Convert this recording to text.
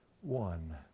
one